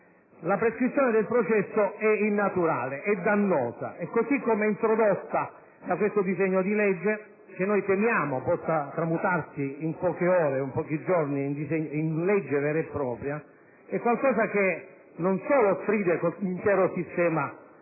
La prescrizione del processo è innaturale, è dannosa, è, così come introdotta da questo disegno di legge, che noi temiamo possa tramutarsi in pochi giorni in legge vera e propria, qualcosa che non solo stride con l'intero sistema italiano,